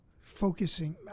focusing